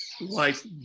life